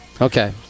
Okay